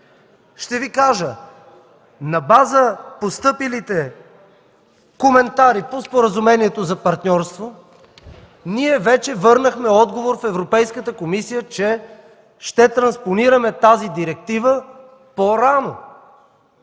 ще Ви кажа: на база постъпилите коментари по Споразумението за партньорство ние вече върнахме отговор в Европейската комисия, че ще транспонираме по-рано